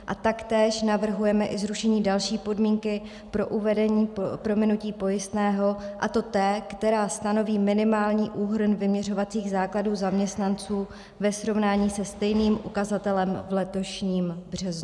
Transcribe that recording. A taktéž navrhujeme i zrušení další podmínky pro uvedení prominutí pojistného, a to té, která stanoví minimální úhrn vyměřovacích základů zaměstnanců ve srovnání se stejným ukazatelem v letošním březnu.